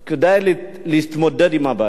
כדי להתמודד עם הבעיה.